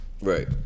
Right